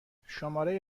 شماره